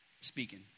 speaking